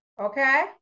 Okay